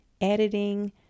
editing